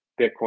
bitcoin